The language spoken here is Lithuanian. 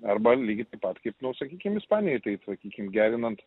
arba lygiai taip pat kaip nu sakykim ispanijoj tai sakykim gerinant